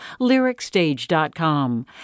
LyricStage.com